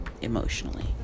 emotionally